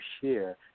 share